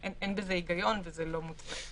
אין בזה היגיון וזה לא מוצדק.